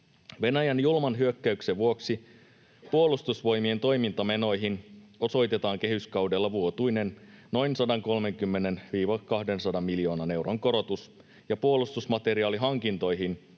Venäjän julman hyökkäyksen vuoksi Puolustusvoimien toimintamenoihin osoitetaan kehyskaudella vuotuinen noin 130—200 miljoonan euron korotus ja puolustusmateriaalihankintoihin